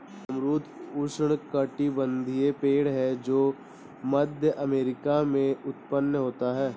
अमरूद उष्णकटिबंधीय पेड़ है जो मध्य अमेरिका में उत्पन्न होते है